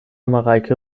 mareike